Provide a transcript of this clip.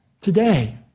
today